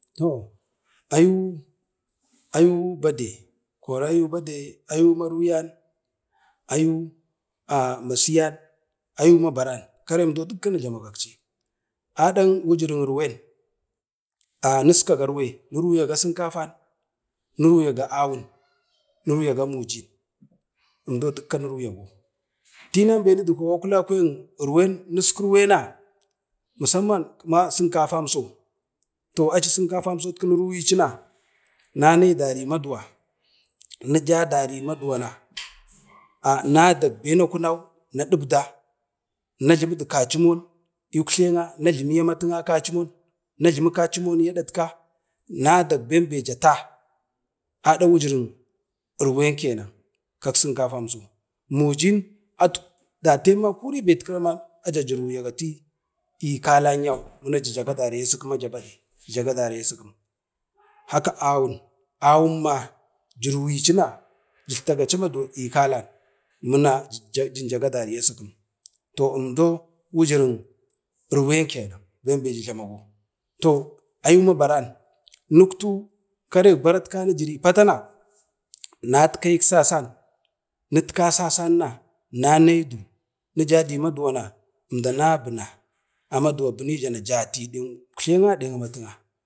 toh ayu ayu bade, koro bade ayu marwuyan, ayu masiyem, ayu mabaran karem dot ku tala nijlamagali, aɗan wujirin irwen, niskaga irwen, nirwuga sinkafan, nirwuga awun, nurwuyago mujin endo duka niski irwenna musamma sinkafan toh aci sinkafa so nurwuyi cina, nane dani maduwon nija dani maduwa, na dak ben akunau na ɗibda, natlemn kaci mon ikwtle a nəjlamu kacimon i adatka, nadak ben-be jata aɗa wujirin irwen kenan ƙak sinkafam so mujim datenman kuribe aja irwiyagatu i kalan yau aja jijadara i askikum, haka awun awun ma acika jirwiyi cina ka kalan yau jin jagadani iiaskinum toh umdo wujirin irwen kenan bembe jijlamago, toh ayu mabaran, nuktu gcaren baratka nena natken sasam, nitka sasan na, nanai du nijade maduwa na umdau abina na jati nek uktle a nen amatu